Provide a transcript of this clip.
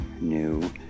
new